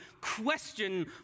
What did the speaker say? question